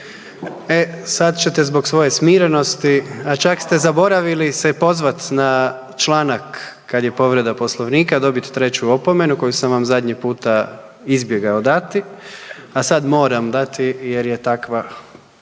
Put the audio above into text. E sada ćete zbog svoje smirenosti, a čak ste zaboravili se pozvati na članak kada je povreda Poslovnika, dobiti treću opomenu koju sam vam zadnji puta izbjegao dati. A sada moram dati jer je takav